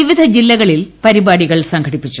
വിവിധ ജില്ലകളിൽ പരിപാടികൾ സംഘടിപ്പിച്ചു